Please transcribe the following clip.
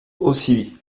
aussi